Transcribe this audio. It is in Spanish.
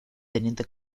teniente